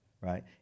right